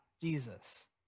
Jesus